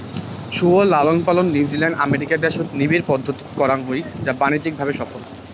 শুয়োর লালনপালন New Zealand, America দ্যাশত নিবিড় পদ্ধতিত করাং হই যা বাণিজ্যিক ভাবে সফল